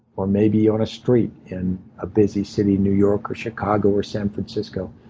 or maybe on a street in a busy city, new york or chicago or san francisco.